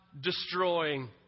destroying